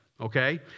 okay